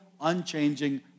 unchanging